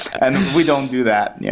and we don't do that. yeah